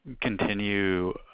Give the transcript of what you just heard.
continue